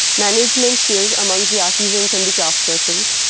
management skills amongst the artisans and the craft persons,